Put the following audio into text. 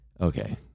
Okay